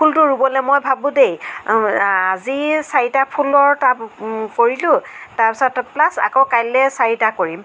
ফুলটো ৰুবলৈ মই ভাবো দেই আজি চাৰিটা ফুলৰ টাব কৰিলোঁ তাৰ পিছত আকৌ প্লাছ আকৌ কাইলৈ চাৰিটা ফুলৰ কৰিম